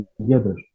together